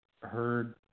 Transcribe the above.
Heard